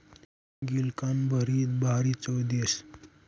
गिलकानं भरीत भारी चव देस